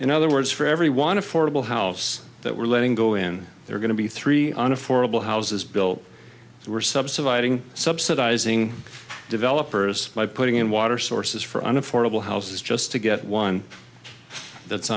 in other words for everyone affordable house that we're letting go in there are going to be three on affordable houses built so we're subsidizing subsidizing developers by putting in water sources for an affordable houses just to get one that's